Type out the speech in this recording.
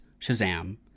Shazam